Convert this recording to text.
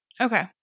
Okay